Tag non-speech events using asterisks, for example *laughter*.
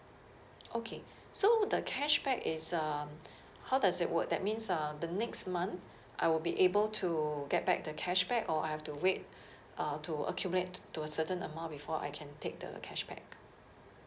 okay *breath* so the cashback is um *breath* how does it work that means uh the next month *breath* I will be able to get back the cashback or I have to wait *breath* uh to accumulate to a certain amount before I can take the cashback